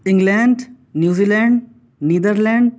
England New Zealand neither land